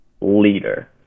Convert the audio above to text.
leader